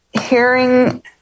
hearing